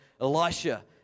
Elisha